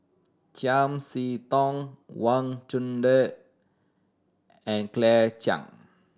Chiam See Tong Wang Chunde and Claire Chiang